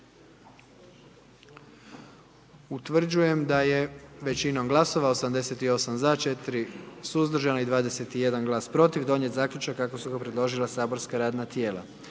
Utvrđujem da je većinom glasova 78 za i 1 suzdržan i 20 protiv donijet zaključak kako ga je predložilo matično saborsko radno tijelo.